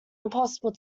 impossible